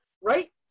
right